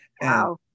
Wow